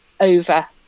over